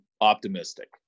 optimistic